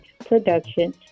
production